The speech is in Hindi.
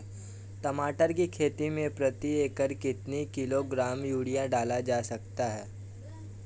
टमाटर की खेती में प्रति एकड़ कितनी किलो ग्राम यूरिया डाला जा सकता है?